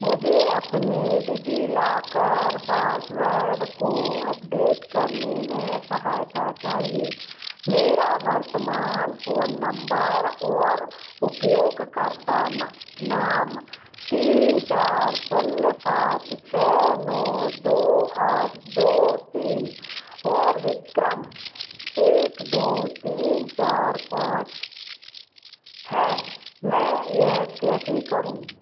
मुझे अपने DigiLocker password को अपडेट करने में सहायता चाहिए मेरा वर्तमान फोन नम्बर और उपयोगकर्ता नाम तीन चार शून्य सात छः नौ दो आठ दो तीन और विक्रम एक दो तीन चार पाँच हैं मैं यह कैसे करूँ